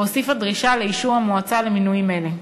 והוסיפה דרישה לאישור המועצה למינויים אלה.